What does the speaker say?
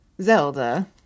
Zelda